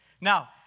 Now